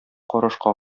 карашка